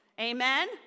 Amen